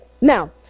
Now